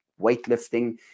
weightlifting